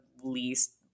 least